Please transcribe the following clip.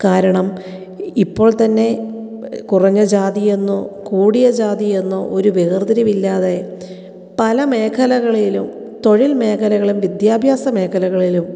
കാരണം ഇപ്പോൾ തന്നെ കുറഞ്ഞ ജാതി എന്നോ കൂടിയ ജാതി എന്നോ ഒരു വേർതിരിവില്ലാതെ പല മേഖലകളിലും തൊഴിൽ മേഖലകളും വിദ്യാഭ്യാസ മേഖലകളിലും